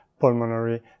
pulmonary